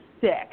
sick